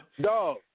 dog